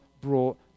brought